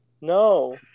no